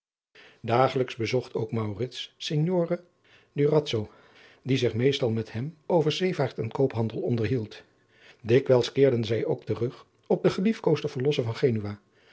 dagelijks bezocht ook maurits signore durazzo die zich meestal met hem over zeevaart en koophandel onderhield dikwerf ook keerden zij terug op den geliefkoosden verlosser van genua